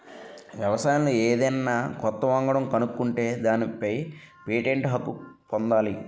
వ్యవసాయంలో ఏదన్నా కొత్త వంగడం కనుక్కుంటే దానిపై పేటెంట్ హక్కు పొందాలి